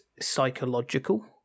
psychological